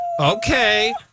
Okay